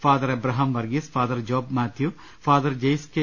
father Abraham Varghese father Job Mathew father ജെയിസ് K